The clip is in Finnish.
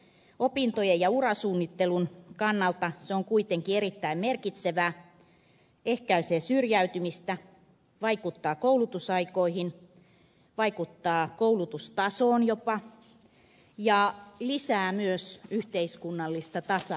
opintojen ja urasuunnittelun kannalta se on kuitenkin erittäin merkitsevää ehkäisee syrjäytymistä vaikuttaa koulutusaikoihin vaikuttaa jopa koulutustasoon ja lisää myös yhteiskunnallista tasa arvoa